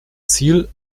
ziel